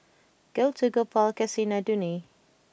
Gouthu Gopal and Kasinadhuni